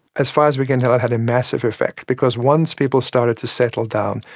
as far as we can tell it had a massive effect because once people started to settle down,